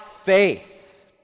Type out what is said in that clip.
faith